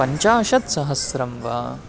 पञ्चाशत्सहस्रं वा